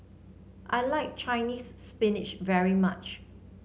I like Chinese's spinach very much